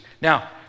Now